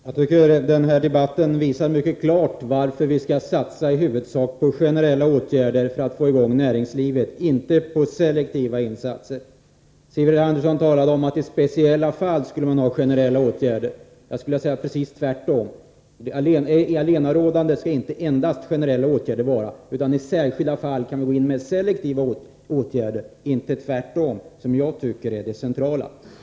Herr talman! Jag tycker att debatten visar mycket klart varför vi i huvudsak skall inrikta oss på generella åtgärder för att få i gång näringslivet och inte på selektiva insatser. Sivert Andersson talade om att man i speciella fall skulle tillgripa generella åtgärder. Jag skulle vilja säga att det är precis tvärtom. Det allenarådande skall inte endast vara generella åtgärder, men i särskilda fall kan vi gå in med selektiva åtgärder — inte tvärtom. Det tycker jag är det centrala.